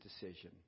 decision